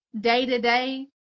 day-to-day